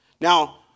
Now